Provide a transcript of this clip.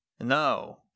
no